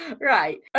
right